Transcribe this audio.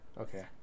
Okay